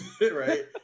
Right